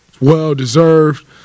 well-deserved